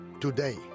today